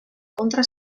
kontra